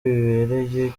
bibereye